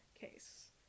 case